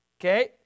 okay